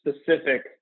specific